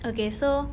okay so